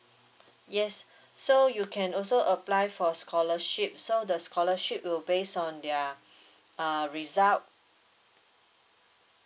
yes so you can also apply for scholarships so the scholarship will based on their uh result